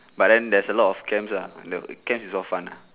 but then there's a lot of camp uh the camp is all fun lah